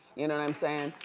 you know what i'm sayin'?